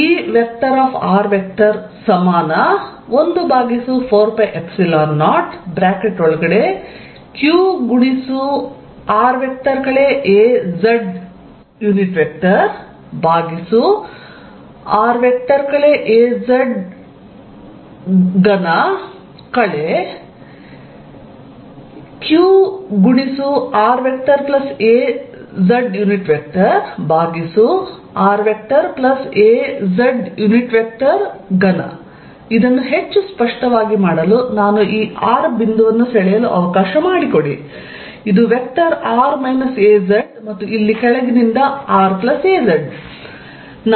Er14π0qr azr az3 qrazraz3 ಇದನ್ನು ಹೆಚ್ಚು ಸ್ಪಷ್ಟವಾಗಿ ಮಾಡಲು ನಾನು ಈ r ಬಿಂದುವನ್ನು ಸೆಳೆಯಲು ಅವಕಾಶ ಮಾಡಿಕೊಡಿ ಇದು ವೆಕ್ಟರ್ ಮತ್ತು ಇಲ್ಲಿ ಕೆಳಗಿನಿಂದ raz